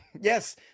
yes